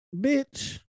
Bitch